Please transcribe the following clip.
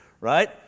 right